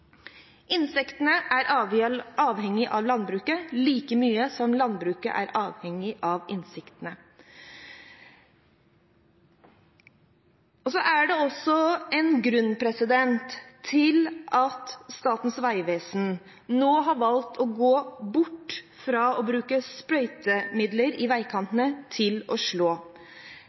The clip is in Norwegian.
bred. Insektene er avhengig av landbruket like mye som landbruket er avhengig av insektene. Det er en grunn til at Statens vegvesen nå har valgt å gå bort fra å bruke sprøytemidler i veikantene og over til å slå.